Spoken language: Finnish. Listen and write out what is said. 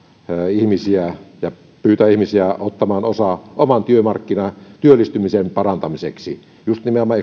ihmisiä ja pyytää ihmisiä ottamaan osaa omaan työmarkkinaan työllistymisen parantamiseksi juuri nimenomaan